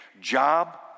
Job